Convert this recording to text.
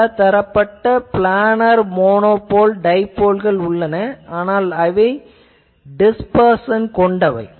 பலதரப்பட்ட planar monopole dipole உள்ளன ஆனால் அவை டிஸ்பெர்சன் கொண்டவை